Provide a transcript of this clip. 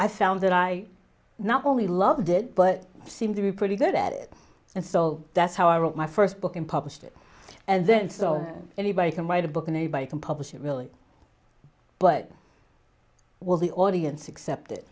i found that i not only loved it but seemed to be pretty good at it and so that's how i wrote my first book and published it and then so anybody can write a book and anybody can publish it really but will the audience accept it